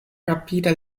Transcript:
rapide